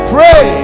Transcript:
Pray